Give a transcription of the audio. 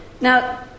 Now